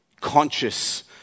Conscious